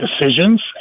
decisions